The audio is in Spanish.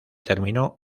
terminó